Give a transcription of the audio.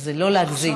אז לא להגזים.